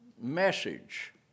message